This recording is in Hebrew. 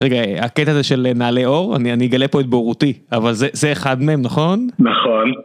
רגע, הקטע הזה של נעלי עור, אני גלה פה את בורותי, אבל זה אחד מהם, נכון? נכון.